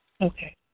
Okay